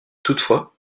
toutefois